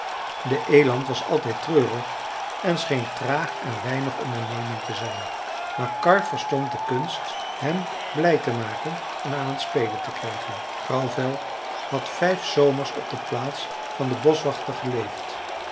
de eland was altijd treurig en scheen traag en weinig ondernemend te zijn maar karr verstond de kunst hem blij te maken en aan het spelen te krijgen grauwvel had vijf zomers op de plaats van den boschwachter geleefd